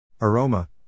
Aroma